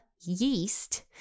yeast